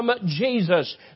Jesus